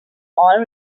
also